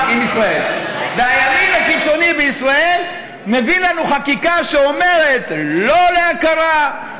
והימין הקיצוני בישראל מביא לנו חקיקה שאומרת: לא להכרה,